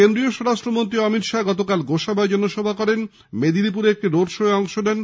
কেন্দ্রীয় স্বরাষ্ট্র মন্ত্রী অমিত শাহ গতকাল গোসাবায় জনসভা করেন মেদিনীপুরে একটি রোডশো এ অংশ নেন